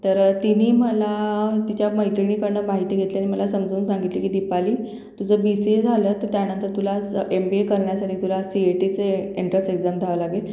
तर तिने मला तिच्या मैत्रिणीकडनं माहिती घेतली आणि मला समजवून सांगितली की दीपाली तुझं बीसीए झालं तर त्यानंतर तुला स् एमबीए करण्यासाठी तुला सीएटीचे एन्ट्रस एक्झाम द्यावं लागेल